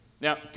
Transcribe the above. Now